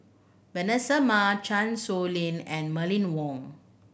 Vanessa Mae Chan Sow Lin and Mylene Ong